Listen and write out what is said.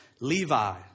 Levi